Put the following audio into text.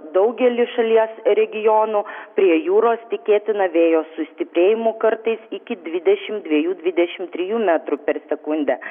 daugelį šalies regionų prie jūros tikėtina vėjo sustiprėjimų kartais iki dvidešim dviejų dvidešim trijų metrų per sekundę